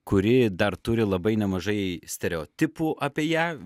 kuri dar turi labai nemažai stereotipų apie ją